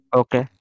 okay